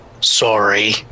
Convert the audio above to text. sorry